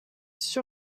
sûr